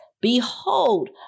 Behold